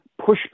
pushback